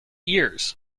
years